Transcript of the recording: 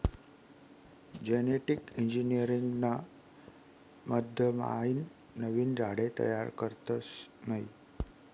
genetic engineering ना मधमाईन नवीन झाडे तयार करतस नयी